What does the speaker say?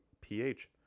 PH